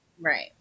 right